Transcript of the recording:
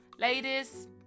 Ladies